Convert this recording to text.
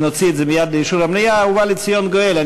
אני מעריך.